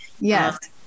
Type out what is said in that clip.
Yes